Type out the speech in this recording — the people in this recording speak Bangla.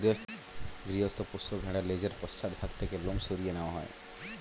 গৃহস্থ পোষ্য ভেড়ার লেজের পশ্চাৎ ভাগ থেকে লোম সরিয়ে নেওয়া হয়